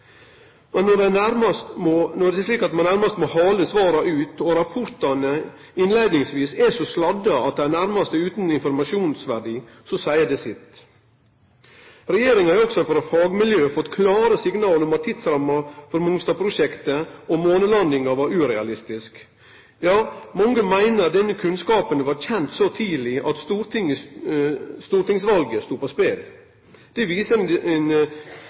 rapportar. Når det er slik at ein nærmast må hale svara ut og rapportane innleiingsvis er så sladda at dei nærmast er utan informasjonsverdi, seier det sitt. Regjeringa har også frå fagmiljøa fått klare signal om at tidsramma for Mongstad-prosjektet og månelandinga var urealistisk. Ja, mange meiner denne kunnskapen var kjent så tidleg at stortingsvalet stod på spel. Det viser ein desperasjon og ein